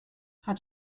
hat